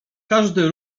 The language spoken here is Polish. każdy